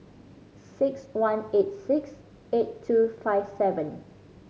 six one eight six eight two five seven